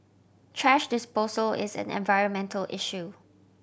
thrash disposal is an environmental issue